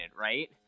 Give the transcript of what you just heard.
right